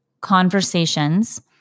conversations